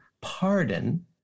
pardon